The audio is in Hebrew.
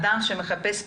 אדם שמחפש פתרונות,